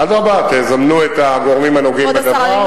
אדרבה, תזמנו את הגורמים הנוגעים בדבר.